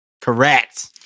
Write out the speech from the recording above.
Correct